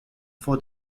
for